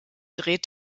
dreht